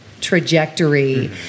trajectory